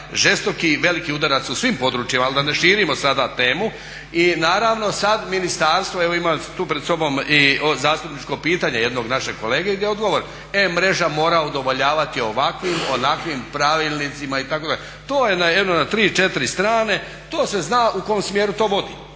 žestoki i veliki udarac u svim područjima, ali da ne širom sada temu. I naravno sad ministarstvo, evo imam tu pred sobom i zastupničko pitanje jednog našeg kolege gdje je odgovor e mreža mora udovoljavati ovakvim, onakvim pravilnicima itd. To je jedno na tri, četiri strane, to se zna u kom smjeru to vodi